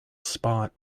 spot